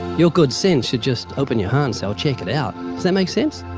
your good sense should just open your heart and say, i'll check it out. does that make sense?